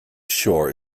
shore